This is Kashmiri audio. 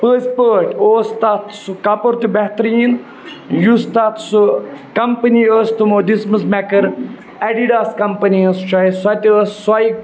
پٔزۍ پٲٹھۍ اوس تَتھ سُہ کَپُر تہِ بہتریٖن یُس تَتھ سُہ کَمپٔنی ٲس تِمو دِژمٕژ مےٚ کٔر اٮ۪ڈِڈاس کَمپٔنی ہٕنٛز چاہے سۄ تہٕ ٲس سۄے